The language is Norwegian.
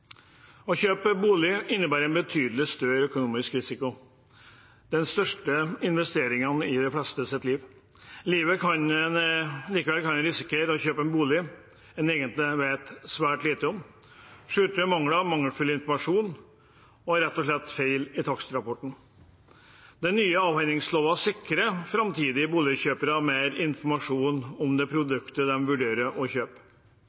Å kjøpe bolig innebærer en betydelig større økonomisk risiko. Det er den største investeringen i de flestes liv –Likevel kan en risikere å kjøpe en bolig en egentlig vet svært lite om, med skjulte mangler og mangelfull informasjon eller rett og slett med feil i takstrapporten. Den nye avhendingsloven sikrer framtidige boligkjøpere mer informasjon om produktet de vurderer å kjøpe.